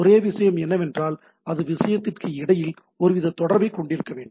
ஒரே விஷயம் என்னவென்றால் அது விஷயத்திற்கு இடையில் ஒருவித தொடர்பைக் கொண்டிருக்க வேண்டும்